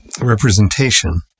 representation